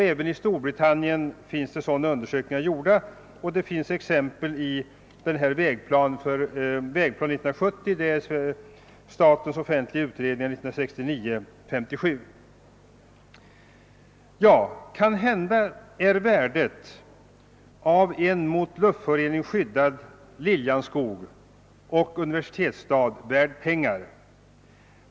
Även i Storbritannien har sådana undersökningar gjorts, och det finns exempel i Vägplan 1970 — Statens offentliga utredningar 1969:57. staden skyddas mot luftföroreningar är kanske värt pengar.